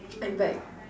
I'm back